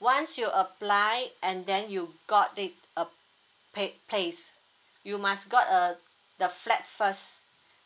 once you apply and then you got it uh paid place you must got a the flat first